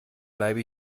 bleibe